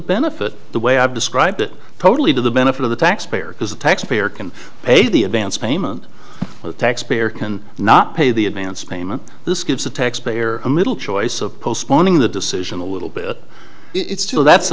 benefit the way i've described it totally to the benefit of the taxpayer because the taxpayer can pay the advance payment the taxpayer can not pay the advance payment this gives the taxpayer a middle choice of postponing the decision a little bit it's still that's a